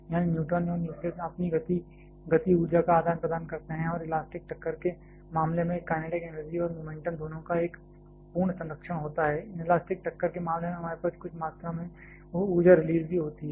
यानी न्यूट्रॉन और न्यूक्लियस अपनी गति ऊर्जा का आदान प्रदान कर सकते हैं और इलास्टिक टक्कर के मामले में काइनेटिक एनर्जी और मोमेंटम दोनों का एक पूर्ण संरक्षण हो सकता है इनलास्टिक टक्कर के मामले में हमारे पास कुछ मात्रा में ऊर्जा रिलीज भी होती है